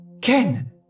Ken